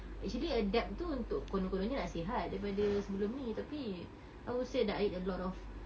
actually adapt tu untuk konon-kononnya nak sihat daripada sebelum ni tapi I would say I ate a lot of